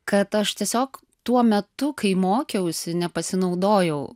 kad aš tiesiog tuo metu kai mokiausi nepasinaudojau